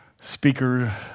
speaker